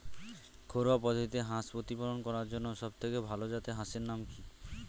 ঘরোয়া পদ্ধতিতে হাঁস প্রতিপালন করার জন্য সবথেকে ভাল জাতের হাঁসের নাম কি?